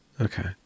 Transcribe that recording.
okay